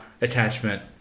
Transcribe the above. attachment